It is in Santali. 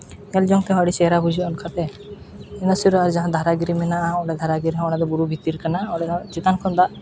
ᱧᱮᱞ ᱡᱚᱝ ᱛᱮᱦᱚᱸ ᱟᱹᱰᱤ ᱪᱮᱦᱨᱟ ᱵᱩᱡᱷᱟᱹᱜᱼᱟ ᱚᱱᱠᱟᱛᱮ ᱤᱱᱟᱹ ᱥᱩᱨ ᱨᱮ ᱟᱨ ᱡᱟᱦᱟᱸ ᱫᱷᱟᱨᱟᱭ ᱵᱤᱨ ᱢᱮᱱᱟᱜᱼᱟ ᱚᱸᱰᱮ ᱫᱷᱟᱨᱟᱭ ᱵᱤᱨ ᱦᱚᱸ ᱚᱸᱰᱮ ᱵᱩᱨᱩ ᱵᱷᱤᱛᱤᱨ ᱠᱟᱱᱟ ᱚᱸᱰᱮ ᱫᱚ ᱪᱮᱛᱟᱱ ᱠᱷᱚᱱ ᱫᱟᱜ